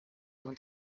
und